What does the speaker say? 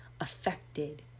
affected